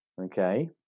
Okay